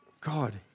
God